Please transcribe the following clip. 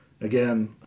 Again